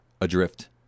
Adrift